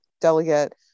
delegate